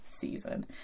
season